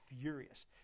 furious